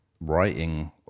writing